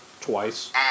twice